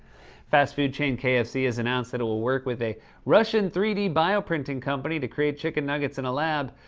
fast-food chain kfc has announced that it will work with a russian three d bioprinting company to create chicken nuggets in a lab.